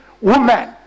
woman